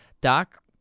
Doc